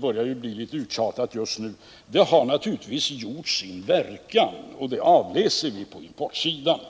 börjar bli lite uttjatat nu, men denna har naturligtvis haft sin verkan. Den kan vi nu avläsa på importsidan.